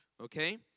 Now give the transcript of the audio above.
okay